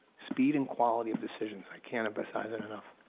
speed and quality of decisions, i can't emphasize it enough.